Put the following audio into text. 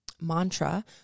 mantra